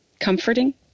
comforting